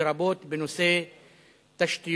לרבות בנושא תשתיות,